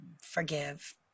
Forgive